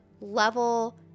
level